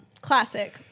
Classic